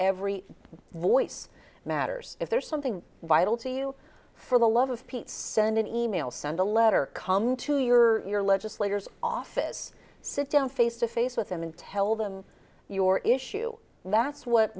every voice matters if there's something vital to you for the love of pete send an e mail send a letter come to your legislators office sit down face to face with them and tell them your issue that's what